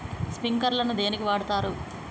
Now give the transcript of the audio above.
Sprinkler ను దేనికి వాడుతరు?